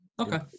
Okay